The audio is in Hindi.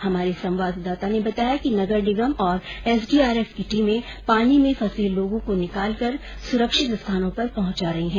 हमारे संवाददाता ने बताया कि नगर निगम और एसडीआरफ की टीमें पानी में फंसे लोगों को निकालकर सुरक्षित स्थानों पर पहुंचा रही हैं